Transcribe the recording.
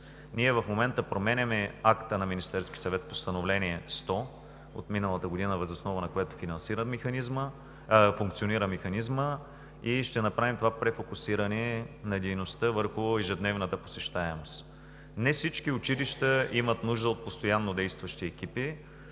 Ние в момента променяме акта на Министерския съвет – Постановление № 100 от миналата година, въз основа на което функционира механизмът, и ще направим това префокусиране на дейността върху ежедневната посещаемост. Не всички училища имат нужда от постоянно действащи екипи,